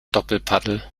doppelpaddel